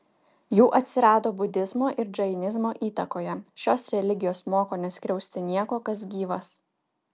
jų atsirado budizmo ir džainizmo įtakoje šios religijos moko neskriausti nieko kas gyvas